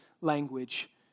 language